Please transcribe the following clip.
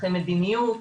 מסמכי מדיניות.